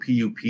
PUP